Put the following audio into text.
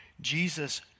Jesus